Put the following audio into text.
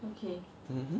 mmhmm